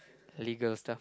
legal stuff